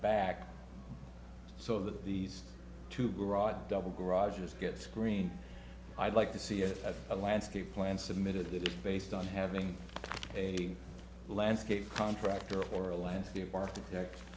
back so that these two garage double garages get screen i'd like to see it as a landscape plan submitted that is based on having a landscape contractor or a landscape architect